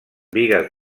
bigues